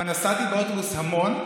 אבל נסעתי באוטובוס המון,